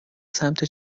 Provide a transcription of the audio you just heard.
سمت